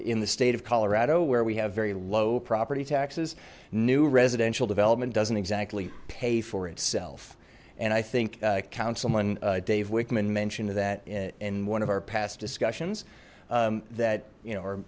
in the state of colorado where we have very low property taxes new residential development doesn't exactly pay for itself and i think councilman dave wickman mentioned that in one of our past discussions that you know or